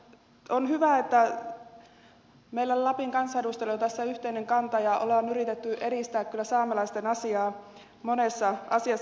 on hyvä että meillä lapin kansanedustajilla on tässä yhteinen kanta ja olemme yrittäneet edistää kyllä saamelaisten asiaa monessa asiassa